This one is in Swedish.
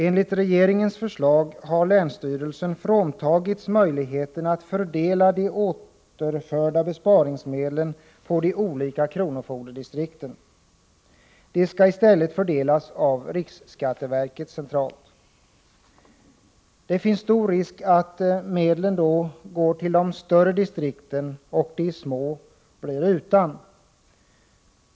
Enligt regeringens förslag har länsstyrelsen fråntagits möjligheten att fördela de återförda besparingsmedlen på de olika kronofogdedistrikten. De skall i stället fördelas av riksskatteverket centralt. Det finns stor risk att medlen då går till de större distrikten och att de små blir utan.